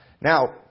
Now